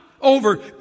over